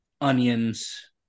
onions